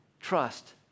Trust